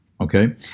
Okay